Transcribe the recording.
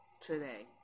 today